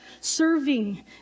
serving